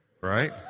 Right